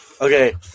Okay